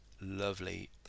lovely